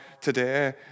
today